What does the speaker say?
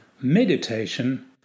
meditation